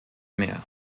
mehr